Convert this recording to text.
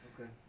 okay